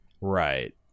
Right